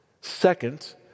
Second